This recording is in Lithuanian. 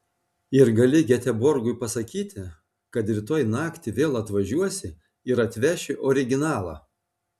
ir gali geteborgui pasakyti kad rytoj naktį vėl atvažiuosi ir atveši originalą